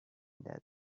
that